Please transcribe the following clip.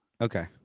okay